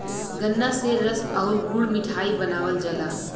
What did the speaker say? गन्रा से रस आउर गुड़ मिठाई बनावल जाला